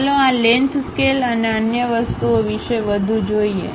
ચાલો આ length scale અને અન્ય વસ્તુઓ વિશે વધુ જોઈએ